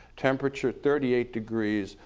temperature thirty eight degrees,